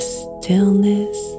stillness